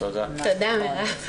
תודה מרב.